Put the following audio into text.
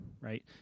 right